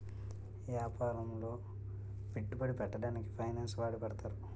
యాపారములో పెట్టుబడి పెట్టడానికి ఫైనాన్స్ వాడి పెడతారు